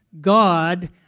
God